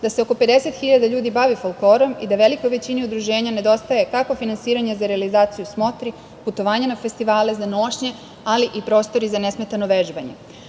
da se oko 50.000 ljudi bavi folklorom i da velikoj većini udruženja nedostaje kako finansiranje za realizaciju smotri, putovanja na festivale, za nošnje, ali i prostori za nesmetano vežbanje. Ako